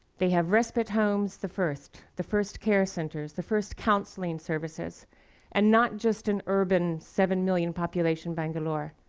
they have respite homes, the first, the first care centers, the first counseling services and not just in urban, seven million population bangalore,